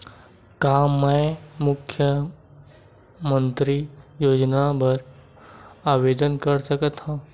का मैं मुख्यमंतरी योजना बर आवेदन कर सकथव?